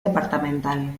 departamental